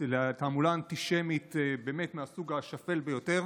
לתעמולה אנטישמית מהסוג השפל ביותר,